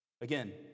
Again